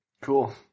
Cool